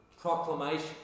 proclamation